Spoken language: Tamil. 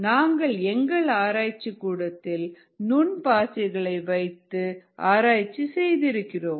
நாங்கள் எங்கள் ஆராய்ச்சி கூடத்தில் உன் பாசிகளை வைத்து ஆராய்ச்சி செய்து இருக்கிறோம்